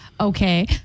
Okay